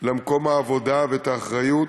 למקום העבודה, ואת האחריות.